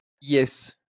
yes